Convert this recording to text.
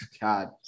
God